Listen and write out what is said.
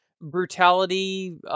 brutality